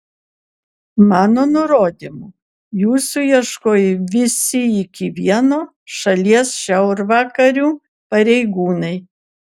mano nurodymu jūsų ieškojo visi iki vieno šalies šiaurvakarių pareigūnai